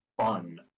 fun